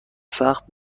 سخت